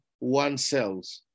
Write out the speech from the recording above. oneself